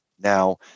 Now